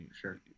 sure